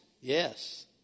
yes